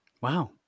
Wow